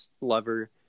lover